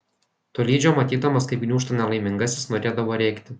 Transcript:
tolydžio matydamas kaip gniūžta nelaimingasis norėdavo rėkti